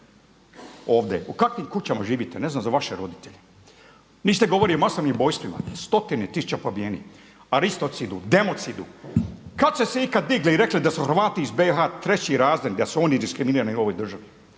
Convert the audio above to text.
ovdje u kakvim kućama živite, ne znam za vaše roditelje. Niste govorili o masovnim ubojstvima stotine tisuće pobijenih, aristocidu, democidu, kada ste se ikad digli i rekli da su Hrvati iz BiH treći razred, da su oni diskriminirani u ovoj državi?